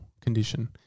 condition